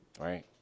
right